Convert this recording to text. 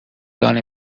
لانه